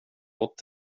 gott